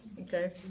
Okay